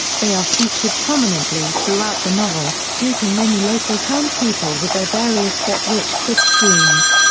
they are featured prominently throughout the novel, duping many local townspeople with their various get-rich-quick schemes.